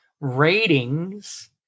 ratings